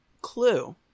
Clue